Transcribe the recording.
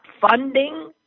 funding